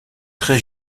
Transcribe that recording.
très